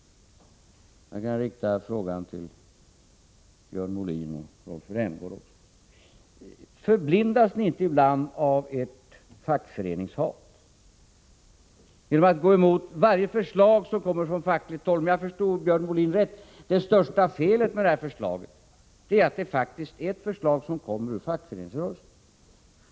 Jag kan ställa frågan till Björn Molin och Rolf Rämgård också. Förblindas ni inte ibland av ert fackföreningshat, genom att gå emot varje förslag som kommer från fackligt håll? Om jag förstod Björn Molin rätt är det största felet med förslaget att förslaget faktiskt kommer från fackföreningsrörelsen.